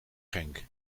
genk